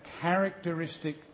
characteristic